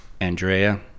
andrea